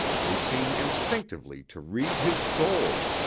they seem instinctively to read his soul,